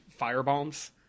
firebombs